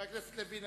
חבר הכנסת לוין,